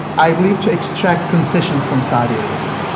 i believe, to extract concessions from saudi arabia.